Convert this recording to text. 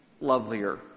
lovelier